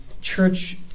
church